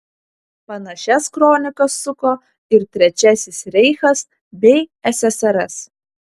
panašias kronikas suko ir trečiasis reichas bei ssrs